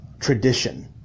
tradition